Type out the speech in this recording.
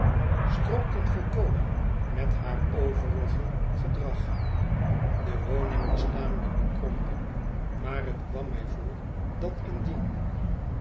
strookten volkomen met haar overige gedrag de woning was tamelijk bekrompen maar het kwam mij voor dat indien